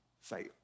fail